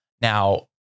Now